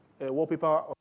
wallpaper